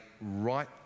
right